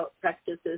practices